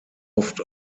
oft